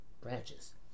branches